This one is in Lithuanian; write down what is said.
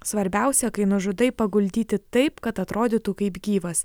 svarbiausia kai nužudai paguldyti taip kad atrodytų kaip gyvas